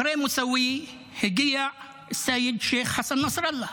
אחרי מוסאווי הגיע סייד שייח' חסן נסראללה